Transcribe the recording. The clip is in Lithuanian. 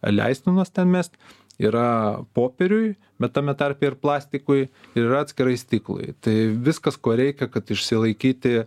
leistinos ten mest yra popieriui bet tame tarpe ir plastikui ir yra atskirai stiklui tai viskas ko reikia kad išsilaikyti